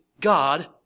God